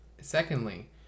Secondly